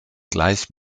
gleich